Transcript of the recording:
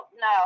no